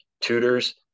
tutors